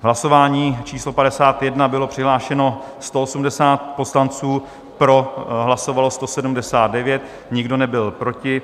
V hlasování číslo 51 bylo přihlášeno 180 poslanců, pro hlasovalo 179, nikdo nebyl proti.